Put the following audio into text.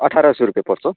अठार सौ रुपियाँ पर्छ